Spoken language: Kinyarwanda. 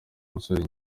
umusore